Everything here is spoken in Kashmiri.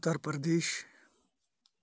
اُتَر پردیش